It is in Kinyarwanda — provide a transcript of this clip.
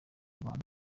rwanda